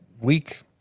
week